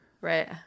right